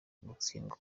gutsindwa